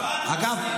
אגב,